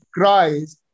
Christ